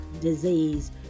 disease